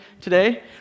today